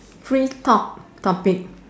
free talk topic